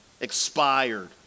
Expired